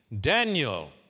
Daniel